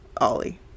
Ollie